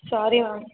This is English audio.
sorry ma'am